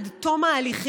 עד תום ההליכים,